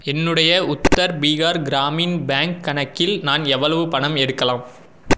என்னுடைய உத்தர் பீகார் கிராமின் பேங்க் கணக்கில் நான் எவ்வளவு பணம் எடுக்கலாம்